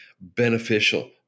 beneficial